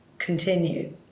continue